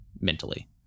mentally